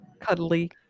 cuddly